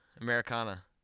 Americana